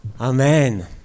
Amen